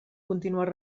continuar